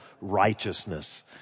righteousness